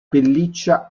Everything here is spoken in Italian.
pelliccia